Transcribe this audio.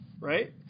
Right